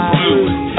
blue